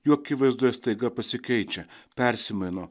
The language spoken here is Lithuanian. jų akivaizdoje staiga pasikeičia persimaino